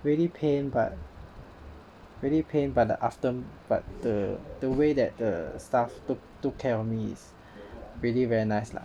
really pain but really pain but the but the the way that the staff took care of me is really very nice lah